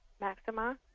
Maxima